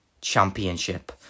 Championship